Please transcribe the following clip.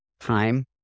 Time